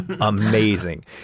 Amazing